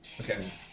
Okay